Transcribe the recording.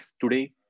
Today